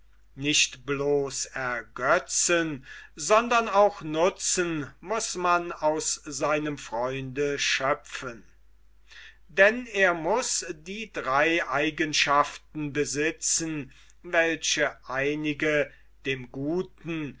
nicht bloß ergötzen sondern auch nutzen muß man aus seinem freunde schöpfen denn er muß die drei eigenschaften besitzen welche einige dem guten